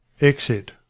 Exit